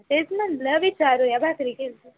तेचनं न विचारू या भाकरी केली होती